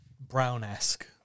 Brown-esque